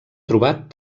trobat